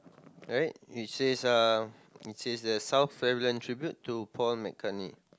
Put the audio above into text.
alright it says uh it says the South Pavillion tribute to Paul-McCartney